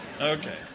Okay